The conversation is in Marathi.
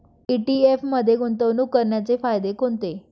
ई.टी.एफ मध्ये गुंतवणूक करण्याचे फायदे कोणते?